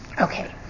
Okay